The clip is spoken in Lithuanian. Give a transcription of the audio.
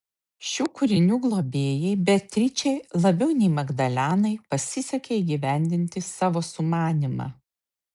šių kūrinių globėjai beatričei labiau nei magdalenai pasisekė įgyvendinti savo sumanymą